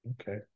Okay